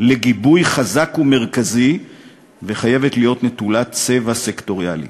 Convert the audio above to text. לגיבוי חזק ומרכזי וחייבת להיות נטולת צבע סקטוריאלי".